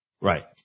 Right